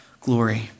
glory